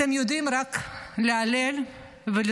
אתם יודעים רק ליילל ולצרוח.